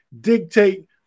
dictate